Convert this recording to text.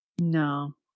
No